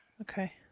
Okay